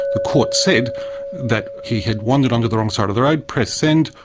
the court said that he had wandered onto the wrong side of the road, pressed send,